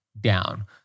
down